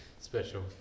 special